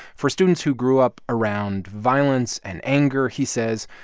for students who grew up around violence and anger, he says,